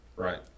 Right